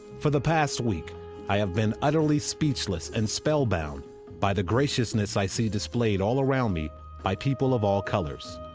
for the past week i have been utterly speechless and spellbound by the graciousness i see displayed all around me by people of all colors.